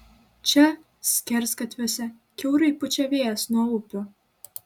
čia skersgatviuose kiaurai pučia vėjas nuo upių